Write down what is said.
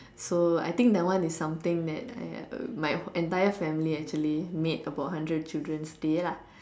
so I think that one is something that uh my entire family actually made about hundred children's day lah